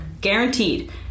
Guaranteed